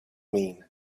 mean